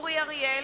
אורי אריאל,